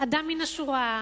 אדם מן השורה,